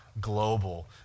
global